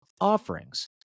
offerings